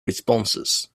responses